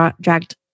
dragged